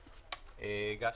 הגשת,